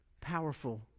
Powerful